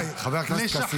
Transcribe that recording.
חבר הכנסת כסיף, די.